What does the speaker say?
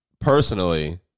personally